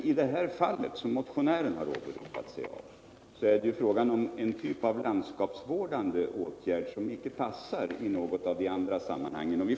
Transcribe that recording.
I det fall som motionären har åberopat är det fråga om en typ av landskapsvårdande åtgärder som inte passar i några av de andra sammanhangen.